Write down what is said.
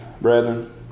brethren